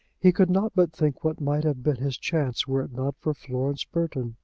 he could not but think what might have been his chance were it not for florence burton!